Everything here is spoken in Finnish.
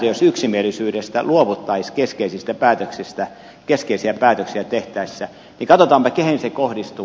jos yksimielisyydestä luovuttaisiin keskeisiä päätöksiä tehtäessä niin katsotaanpa kehen se kohdistuu